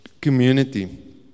Community